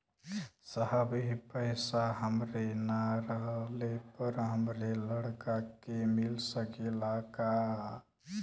साहब ए पैसा हमरे ना रहले पर हमरे लड़का के मिल सकेला का?